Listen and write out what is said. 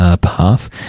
Path